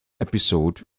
episode